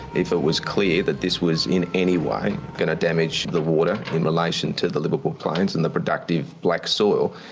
if it was clear that this was in any way going to damage the water in relation to the liverpool plains and the productive black soil,